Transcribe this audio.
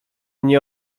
nie